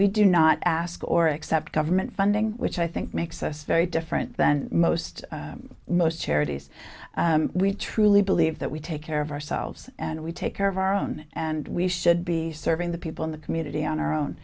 we do not ask or accept government funding which i think makes us very different than most most charities we truly believe that we take care of ourselves and we take care of our own and we should be serving the people in the community on our own